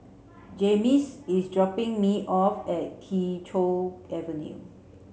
Jaymes is dropping me off at Kee Choe Avenue